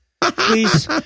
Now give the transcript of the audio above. please